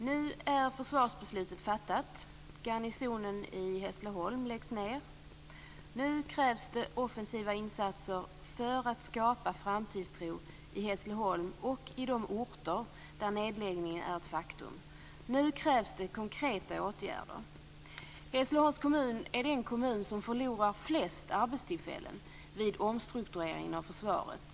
Fru talman! Nu är försvarsbeslutet fattat, och garnisonen i Hässleholm läggs ned. Nu krävs det offensiva insatser för att skapa framtidstro i Hässleholm och i de orter där nedläggning är ett faktum. Nu krävs det konkreta åtgärder. Hässleholms kommun är den kommun som förlorar flest arbetstillfällen vid omstruktureringen av försvaret.